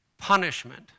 punishment